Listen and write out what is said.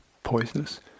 Poisonous